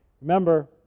Remember